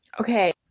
Okay